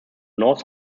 north